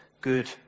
good